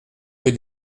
rue